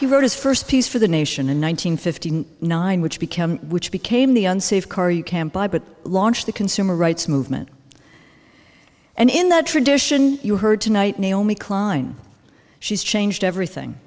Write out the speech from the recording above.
he wrote his first piece for the nation in one nine hundred fifty nine which become which became the unsafe car you can buy but launched the consumer rights movement and in that tradition you heard tonight naomi klein she's changed everything